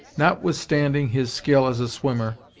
notwithstanding his skill as a swimmer,